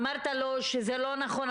אמרת לו שזה לא נכון.